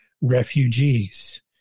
refugees